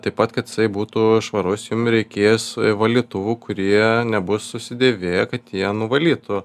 taip pat kad jisai būtų švarus jum reikės valytuvų kurie nebus susidėvėję kad jie nuvalytų